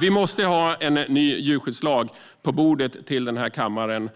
Vi måste ha en ny djurskyddslag på bordet i den här kammaren